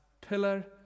pillar